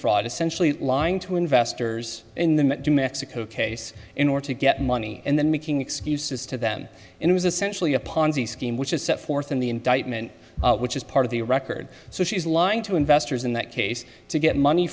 fraud essentially lying to investors in the case in order to get money and then making excuses to them it was essentially a ponzi scheme which is set forth in the indictment which is part of the record so she's lying to investors in that case to get money